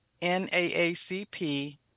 N-A-A-C-P